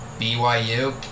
BYU